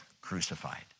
crucified